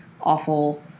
awful